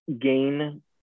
gain